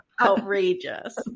outrageous